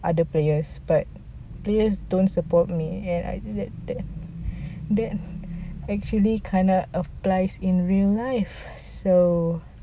other players but players don't support me and I that that that actually kinda applies in real life so